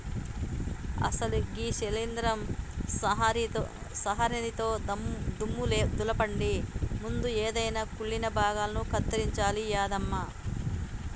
అసలు గీ శీలింద్రం సంహరినితో దుమ్ము దులపండి ముందు ఎదైన కుళ్ళిన భాగాలను కత్తిరించాలి యాదమ్మ